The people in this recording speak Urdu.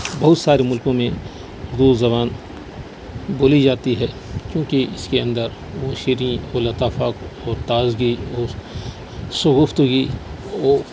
بہت سارے ملکوں میں اردو زبان بولی جاتی ہے کیونکہ اس کے اندر وہ شیریں وہ لطافت وہ تازگی وہ شگفتگی اور